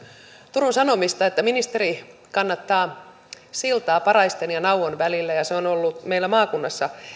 turun sanomista että ministeri kannattaa siltaa paraisten ja nauvon välillä ja se on ollut meillä maakunnassa